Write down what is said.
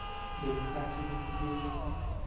Debit कार्डचे bill किती येऊ शकते?